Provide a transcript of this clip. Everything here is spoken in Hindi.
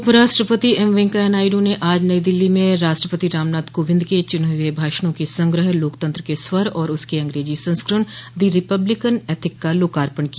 उप राष्ट्रपति एम वैंकैया नायडू ने आज नई दिल्ली में राष्ट्रपति रामनाथ कोविंद के चुने हुए भाषणों के संग्रह लोकतंत्र के स्वर और उसके अंग्रेजी संस्करण दि रिपब्लिकन एथिक का लोकार्पण किया